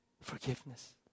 Forgiveness